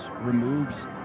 removes